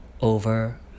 over